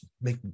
make